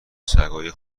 سگای